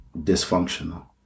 dysfunctional